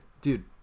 Dude